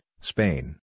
Spain